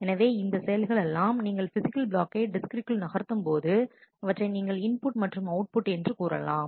எனவே இந்த இந்தச் செயல்களெல்லாம் நீங்கள் பிசிக்கல் பிளாக்கை டிஸ்க்கிற்குள் நகர்த்தும் போது அவற்றை நீங்கள் இன்புட் மற்றும் அவுட்புட் என்று கூறலாம்